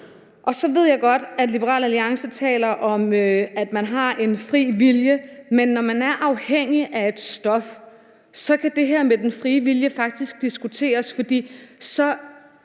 Så ved jeg godt, at Liberal Alliance taler om, at man har en fri vilje, men når man er afhængig af et stof, kan det her med den frie vilje faktisk diskuteres, for så